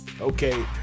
Okay